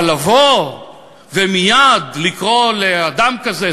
אבל לבוא ומייד לקרוא לאדם כזה,